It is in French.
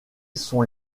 sont